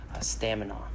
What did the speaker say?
stamina